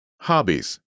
Hobbies